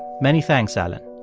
many thanks, alan.